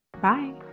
Bye